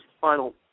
final